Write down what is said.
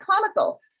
comical